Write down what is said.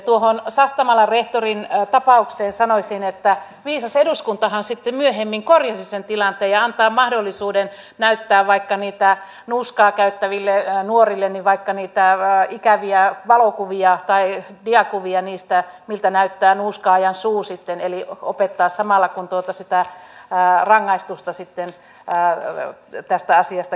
tuohon sastamalan rehtorin tapaukseen sanoisin että viisas eduskuntahan sitten myöhemmin korjasi sen tilanteen ja antaa mahdollisuuden näyttää vaikka nuuskaa käyttäville nuorille niitä ikäviä valokuvia tai diakuvia siitä miltä näyttää nuuskaajan suu eli opettaa samalla kun rangaistusta tästä asiasta kärsitään